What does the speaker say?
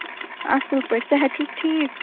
اَصٕل پٲٹھۍ صحت چھُس ٹھیٖک